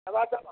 ହେବା ତମ